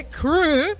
crew